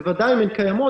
בוודאי אם הן קיימות,